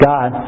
God